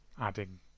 adding